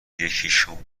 یکیشون